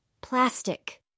Plastic